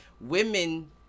women